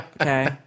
Okay